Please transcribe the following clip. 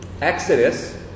Exodus